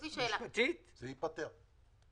זה ייפתר.